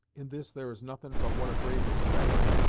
in this there is nothin' but what a brave expects,